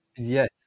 yes